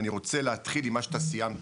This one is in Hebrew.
אני רוצה להתחיל עם מה שאתה סיימת.